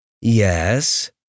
Yes